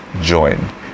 join